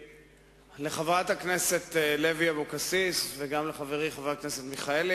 לחברת הכנסת לוי אבקסיס וגם לחברי חבר הכנסת מיכאלי,